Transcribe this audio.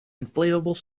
inflatable